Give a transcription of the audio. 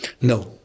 No